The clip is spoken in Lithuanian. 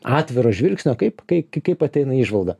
atviro žvilgsnio kaip kaip kai ateina įžvalga